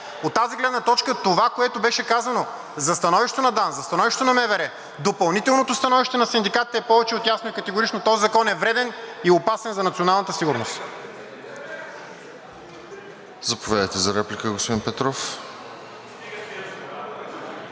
От тази гледна точка, това, което беше казано за становището на ДАНС, за становището на МВР, допълнителното становище на синдикатите, е повече от ясно и категорично – този закон е вреден и опасен за националната сигурност.